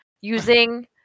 using